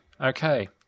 Okay